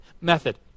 method